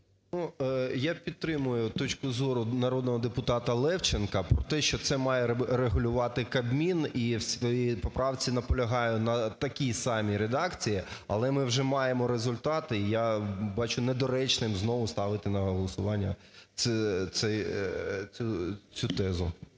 Я підтримую точку зору народного депутата Левченка про те, що це має регулювати Кабмін, і у своїй поправці наполягаю на такій самій редакції, але ми вже маємо результати. І я бачу недоречним знову ставити на голосування цей